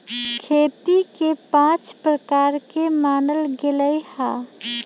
खेती के पाँच प्रकार के मानल गैले है